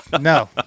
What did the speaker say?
No